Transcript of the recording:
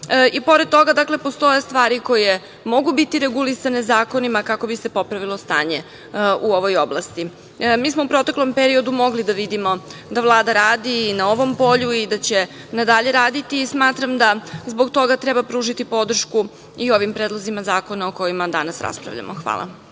i pored toga, postoje stvari koje mogu biti regulisane zakonima, kako bi se popravilo stanje u ovoj oblasti. Mi smo u proteklom periodu mogli da vidimo da Vlada radi i na ovom polju i da će i na dalje raditi. Smatram da zbog toga treba pružiti podršku i ovim predlozima zakona o kojim danas raspravljamo. Hvala.